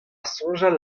soñjal